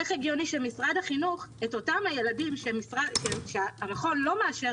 איך הגיוני שמשרד החינוך את אותם ילדים שהמכון לא מאשר